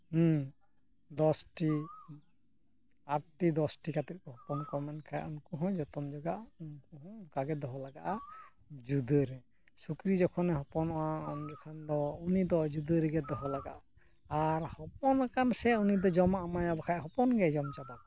ᱦᱩᱸ ᱫᱚᱥ ᱴᱤ ᱟᱴ ᱴᱤ ᱫᱚᱥ ᱴᱤ ᱠᱟᱛᱮ ᱠᱚ ᱦᱚᱯᱚᱱ ᱠᱚᱣᱟ ᱢᱮᱱᱠᱷᱟᱱ ᱩᱱᱠᱩ ᱦᱚᱸ ᱡᱚᱛᱚᱱ ᱡᱚᱜᱟᱣ ᱩᱱᱠᱩ ᱦᱚᱸ ᱚᱱᱠᱟ ᱜᱮ ᱫᱚᱦᱚ ᱞᱟᱜᱟᱜᱼᱟ ᱡᱩᱫᱟᱹᱨᱮ ᱥᱩᱠᱨᱤ ᱡᱚᱠᱷᱚᱱᱮ ᱦᱚᱯᱚᱱᱚᱜᱼᱟ ᱩᱱ ᱡᱚᱠᱷᱚᱱ ᱫᱚ ᱩᱱᱤ ᱫᱚ ᱡᱩᱫᱟᱹ ᱨᱮᱜᱮ ᱫᱚᱦᱚ ᱞᱟᱜᱟᱜᱼᱟ ᱟᱨ ᱦᱚᱯᱚᱱᱟᱠᱟᱱ ᱥᱮ ᱩᱱᱤ ᱫᱚ ᱡᱚᱢᱟᱜ ᱮᱢᱟᱭ ᱦᱩᱭᱩᱜᱼᱟ ᱵᱟᱠᱷᱟᱱ ᱦᱚᱯᱚᱱ ᱜᱮ ᱡᱚᱢ ᱪᱟᱵᱟ ᱠᱚᱣᱟᱭ